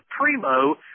Primo